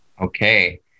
Okay